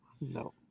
No